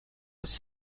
was